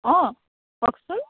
অ কওকচোন